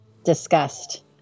discussed